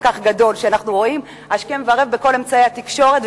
כל כך שאנחנו רואים השכם והערב בכל אמצעי התקשורת,